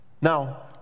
Now